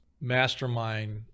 mastermind